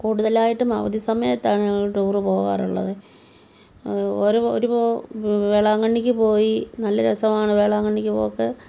കൂടുതലായിട്ടും അവധി സമയത്താണ് ഞങ്ങൾ ടൂർ പോകാറുള്ളത് വേളാങ്കണ്ണിക്ക് പോയി നല്ല രസമാണ് വേളാങ്കണ്ണിക്ക് പോക്ക്